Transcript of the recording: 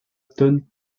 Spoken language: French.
tonnes